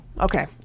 okay